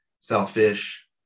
selfish